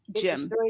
Jim